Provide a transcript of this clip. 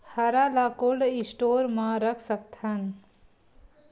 हरा ल cold store म रख सकथन?